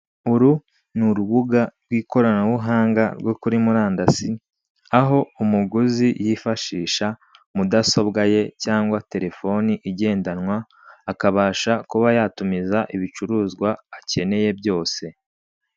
Uru ni urubuga rw'ikoranabuhanga rwo kuri murandasi aho umuguzi yifashisha mudasobwa ye cyangwa telefone igendanywa akabasha kubayatumiza ibicuruzwa akeneye byose.